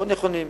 מאוד נכונים.